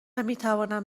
میتوانم